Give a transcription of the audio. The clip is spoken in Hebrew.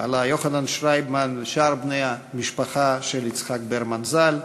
בעלה יוחנן שרייבמן ושאר בני המשפחה של יצחק ברמן ז"ל,